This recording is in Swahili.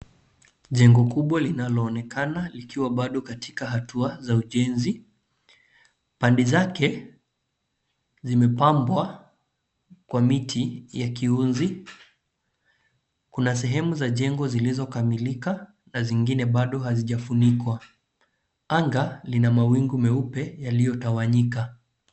Jengo kubwa linaloonekana likiwa bado katika hatua za ujenzi. Pande zake zimepambwa kwa miti ya kihunzi. Kuna sehemu za jengo zilizokamilika na zingine bado hazijafunikwa. Anga lina mawingu meupe yaliyotawanyika.